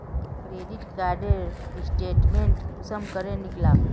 Credit कार्डेर statement कुंसम करे निकलाम?